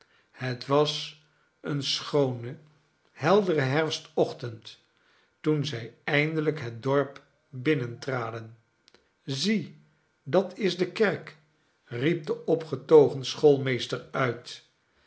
het was een schoone heldere herfstochtend toen zij eindelijk het dorp binnentraden zie dat is de kerk riep de opgetogen schoolmeester uit